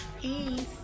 Peace